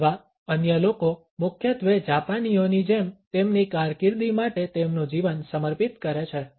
અથવા અન્ય લોકો મુખ્યત્વે જાપાનીઓની જેમ તેમની કારકિર્દી માટે તેમનું જીવન સમર્પિત કરે છે